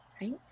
right